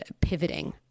pivoting